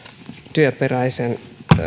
työperäisestä